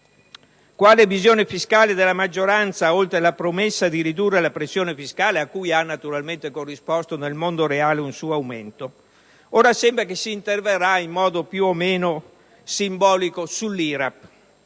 è la visione fiscale della maggioranza, oltre la promessa di ridurre la pressione fiscale, cui ha naturalmente corrisposto nel mondo reale un suo aumento? Ora sembra che si interverrà in modo più o meno simbolico sull'IRAP.